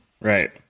Right